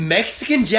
Mexican